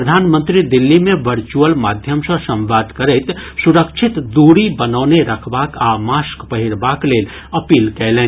प्रधानमंत्री दिल्ली मे वर्चुअल माध्यम सँ संवाद करैत सुरक्षित दूरी बनौने रखबाक आ मास्क पहिरबाक लेल अपील कयलनि